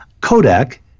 Kodak